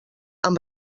amb